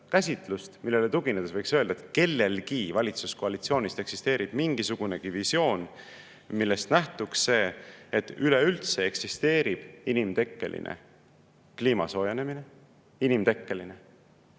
millele tuginedes võiks öelda, et kellelgi valitsuskoalitsioonist eksisteerib mingisugunegi visioon, millest nähtub see, et üleüldse eksisteerib inimtekkeline kliimasoojenemine? Inimtekkeline.